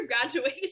graduated